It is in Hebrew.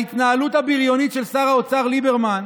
ההתנהלות הבריונית של שר האוצר ליברמן,